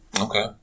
Okay